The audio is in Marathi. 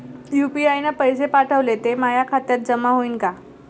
यू.पी.आय न पैसे पाठवले, ते माया खात्यात जमा होईन का?